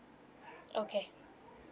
okay